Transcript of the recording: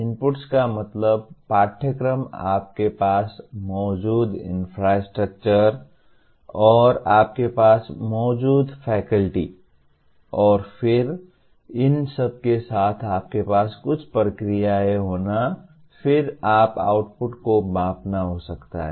inputs का मतलब पाठ्यक्रम आपके पास मौजूद इन्फ्रास्ट्रक्चर और आपके पास मौजूद फैकल्टी और फिर इन सबके साथ आपके पास कुछ प्रक्रियाएँ होना और फिर आप आउटपुट को मापना हो सकता है